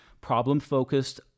problem-focused